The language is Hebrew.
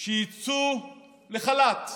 לצאת לחל"ת,